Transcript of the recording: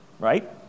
right